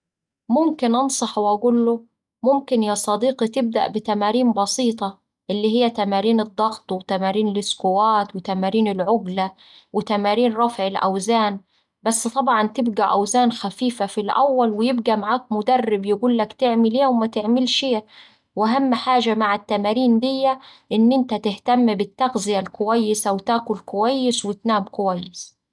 ممكن أنصحه وأقوله: ممكن يا صديقي تبدأ بتمارين بسيطة اللي هيه تمارين الضغط وتمارين الاسكوات وتمارين العقلة وتمارين رفع الأوزان بس طبعا تبقا أوزان خفيفة في الأول ويبق معاك مدرب يقولك تعمل ايه ومتعملش ايه، وأهم حاجة مع التمارين دية إن أنت تهتم بالتغذية الكويسة وتاكل كويس وتنام كويس.